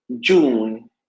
June